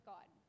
God